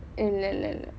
and